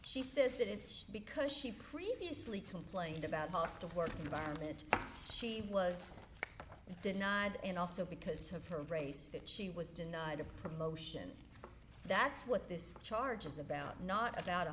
she says that it's because she previously complained about hostile work environment she was denied and also because of her brace that she was denied a promotion that's what this charges about not about a